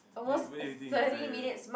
what do you what do you think is inside here